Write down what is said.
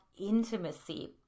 intimacy